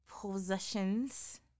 possessions